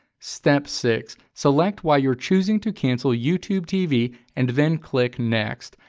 step six. select why you're choosing to cancel youtube tv, and then click next.